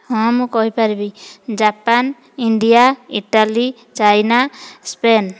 ହଁ ମୁଁ କହିପାରିବି Japan India Italy China Spain